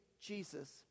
Jesus